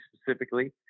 specifically